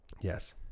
Yes